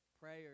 Prayers